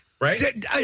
right